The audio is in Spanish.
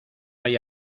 hay